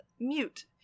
mute